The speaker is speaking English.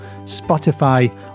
Spotify